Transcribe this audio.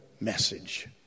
message